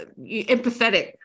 empathetic